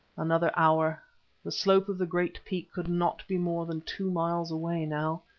another hour the slope of the great peak could not be more than two miles away now.